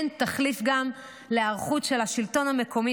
אין תחליף גם להיערכות של השלטון המקומי